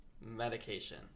Medication